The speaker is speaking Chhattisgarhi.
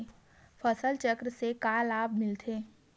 फसल चक्र से का लाभ मिलथे?